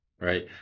right